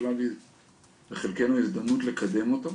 נפלה בחלקנו ההזדמנות לקדם אותו.